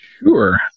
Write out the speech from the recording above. Sure